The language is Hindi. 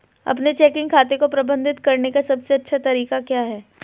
अपने चेकिंग खाते को प्रबंधित करने का सबसे अच्छा तरीका क्या है?